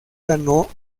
ganó